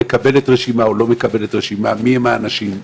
מקבלת רשימה או לא מקבלת רשימה מי הם האנשים,